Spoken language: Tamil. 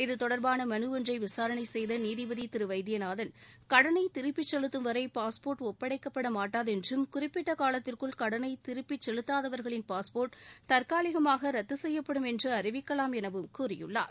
இது தொடர்பான மனு ஒன்றை விசாரணை செய்த நீதிபதி திரு வைத்தியநாதன் கடனை திருப்பிச் செலுத்தும் வரை பாஸ்போர்ட் ஒப்படைக்கப்பட மாட்டாது என்றும் குறிப்பிட்ட காலத்திற்குள் கடனை திருப்பிச் செலுத்தாதவர்களின் பாஸ்போர்ட் தற்காலிகமாக ரத்து செய்யப்படும் என்று அறிவிக்கலாம் எனவும் கூறியுள்ளார்